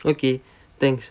okay thanks